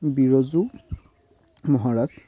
Birju Maharaj